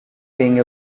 being